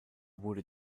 wurde